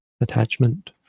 attachment